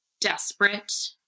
desperate